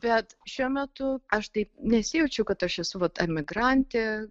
bet šiuo metu aš taip nesijaučiu kad aš esu vat emigrantė